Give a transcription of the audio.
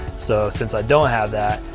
so since i don't have that,